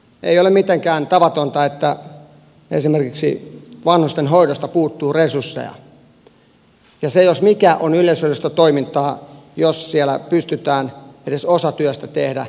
ei ole mitenkään tavatonta että esimerkiksi vanhustenhoidosta puuttuu resursseja ja se jos mikä on yleishyödyllistä toimintaa jos siellä pystytään edes osa työstä tekemään vapaaehtoisesti